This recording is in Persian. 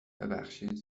ببخشید